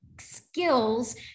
skills